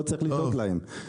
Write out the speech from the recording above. לא צריך לדאוג להם.